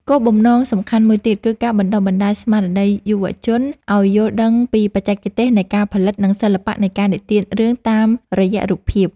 គោលបំណងសំខាន់មួយទៀត គឺការបណ្ដុះបណ្ដាលស្មារតីយុវជនឱ្យយល់ដឹងពីបច្ចេកទេសនៃការផលិត និងសិល្បៈនៃការនិទានរឿងតាមរយៈរូបភាព។